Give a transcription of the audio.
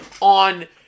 on